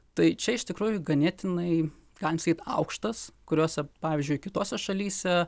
tai čia iš tikrųjų ganėtinai galim sakyt aukštas kuriose pavyzdžiui kitose šalyse